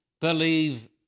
believe